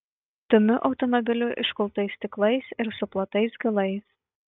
dumiu automobiliu iškultais stiklais ir suplotais galais